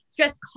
Stress